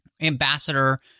ambassador